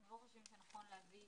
אנחנו לא חושבים שנכון להביא